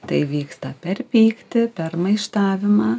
tai įvyksta per pyktį per maištavimą